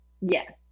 Yes